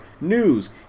news